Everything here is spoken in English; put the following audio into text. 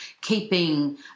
keeping